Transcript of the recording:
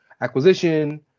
acquisition